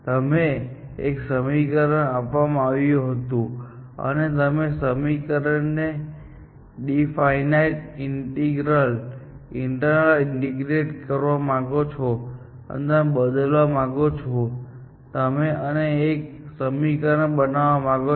તમને એક સમીકરણ આપવામાં આવ્યું છે અને તમે તે સમીકરણને ડીફિનાઈટ ઈન્ટીગ્રલ માં ઇન્ટિગ્રેટ કરવા માંગો છો અને તમે બદલવા માંગો છો અને તમે એક સમીકરણ બનાવવા માંગો છો